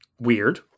weird